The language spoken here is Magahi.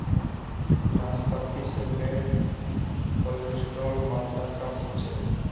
नाश्पाती से बैड कोलेस्ट्रोल मात्र कम होचे